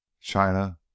china